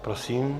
Prosím.